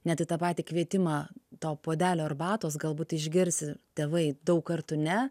net į tą patį kvietimą to puodelio arbatos galbūt išgirs tėvai daug kartų ne